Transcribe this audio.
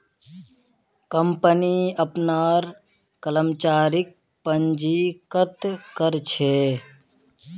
company अपनार कर्मचारीक पंजीकृत कर छे